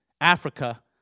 Africa